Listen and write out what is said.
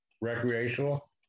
recreational